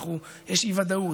יש אי-ודאות,